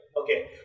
Okay